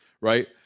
right